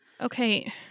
Okay